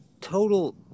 total